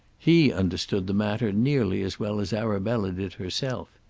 he understood the matter nearly as well as arabella did herself.